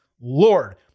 Lord